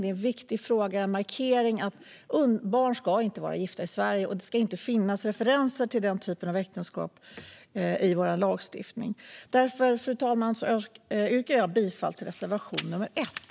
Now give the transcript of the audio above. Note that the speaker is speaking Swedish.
Det är en viktig markering att barn inte ska vara gifta i Sverige. Det ska inte finnas referenser till den typen av äktenskap i vår lagstiftning. Fru talman! Därför yrkar jag bifall till reservation nr 1.